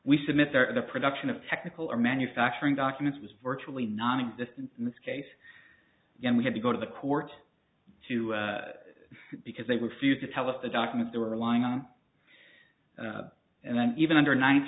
we submit there the production of technical or manufacturing documents was virtually nonexistent in this case we had to go to the court to because they refused to tell us the documents they were relying on and then even under ninth